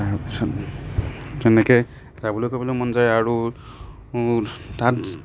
তাৰপাছত তেনেকৈ যাবলৈ কৰিবলৈ মন যায় আৰু তাত